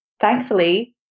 thankfully